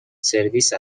سرویس